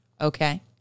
Okay